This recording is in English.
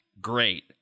great